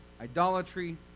idolatry